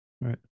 right